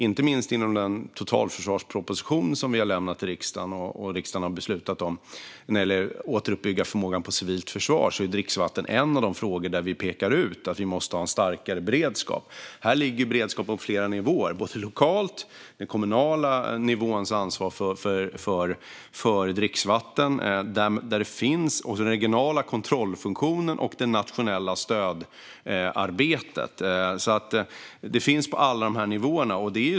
Inte minst inom den totalförsvarsproposition som vi har lämnat till riksdagen och som riksdagen har beslutat om är dricksvatten en av de frågor där vi pekar ut att vi måste ha en starkare beredskap när det gäller återuppbyggnad av förmågan inom civilt försvar. Beredskapen ligger på flera nivåer. Lokalt finns den kommunala nivåns ansvar för dricksvattnet. Sedan finns den regionala kontrollfunktionen och det nationella stödarbetet.